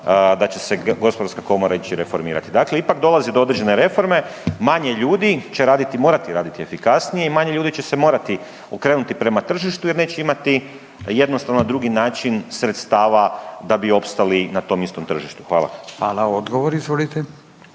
da će se gospodarska komora ići reformirati. Dakle, ipak dolazi do određene reforme, manje ljudi će raditi, morati raditi efikasnije i manje ljudi će se morati okrenuti prema tržištu jer neće imati jednostavno drugi način sredstava da bi opstali na tom istom tržištu. Hvala. **Radin, Furio